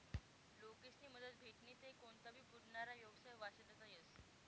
लोकेस्नी मदत भेटनी ते कोनता भी बुडनारा येवसाय वाचडता येस